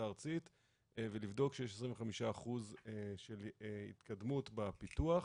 הארצית ולבדוק שיש 25% של התקדמות בפיתוח.